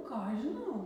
ką aš žinau